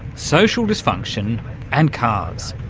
social dysfunction and cars,